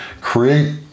create